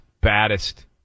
baddest